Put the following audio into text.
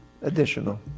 Additional